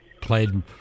played